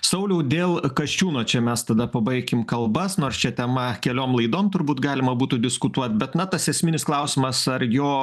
sauliau dėl kasčiūno čia mes tada pabaikim kalbas nors šia tema keliom laidom turbūt galima būtų diskutuot bet na tas esminis klausimas ar jo